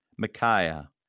Micaiah